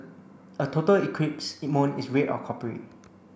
a total eclipse moon is red or coppery